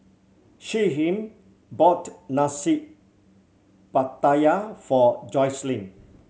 Shyheim bought Nasi Pattaya for Jocelynn